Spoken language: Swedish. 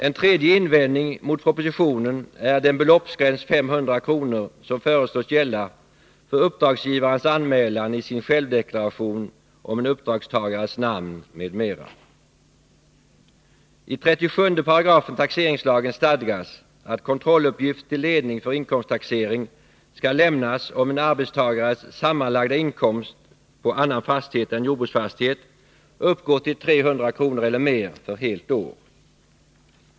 En tredje invändning mot propositionen är den beloppsgräns, 500 kr., som föreslås gälla för uppdragsgivarens anmälan i sin självdeklaration om en uppdragstagares namn m.m. 1 37 § taxeringslagen stadgas att kontrolluppgift till ledning för inkomsttaxering skall lämnas om en arbetstagares sammanlagda inkomst på annan fastighet än jordbruksfastighet uppgår till 300 kr. eller mer för helt år.